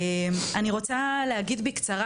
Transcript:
אני רוצה להגיד בקצרה,